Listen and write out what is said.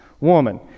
woman